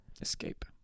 escape